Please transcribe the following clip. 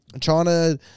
China